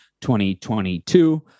2022